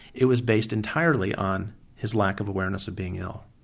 it was based entirely on his lack of awareness of being ill.